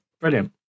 brilliant